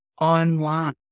online